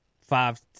five